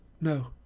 No